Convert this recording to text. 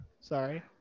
sorry